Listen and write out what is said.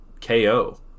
KO